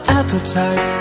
appetite